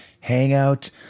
Hangout